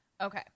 Okay